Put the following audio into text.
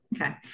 okay